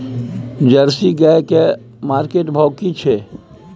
Jersey गाय की market भाव की छै?